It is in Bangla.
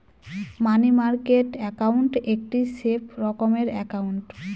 মানি মার্কেট একাউন্ট একটি সেফ রকমের একাউন্ট